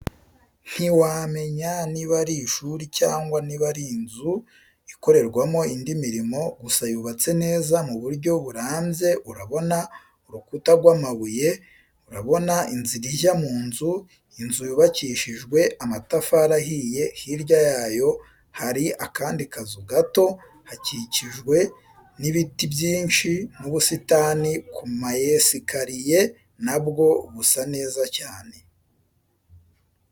Ntiwamenya niba ari ishuri cyangwa niba ari nzu ikorerwamo indi mirimo gusa yubatse neza mu buryo burambye urabona urukuta rwamabuye, urabona inzira ijya mu nzu, inzu yubakishijwe amatafari ahiye hirya yayo hari akandi kazu gato hakikijwe n'ibiti byinshi, n'ubusitani kumayesikariye na bwo busa neza cyane.